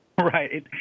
Right